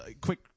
quick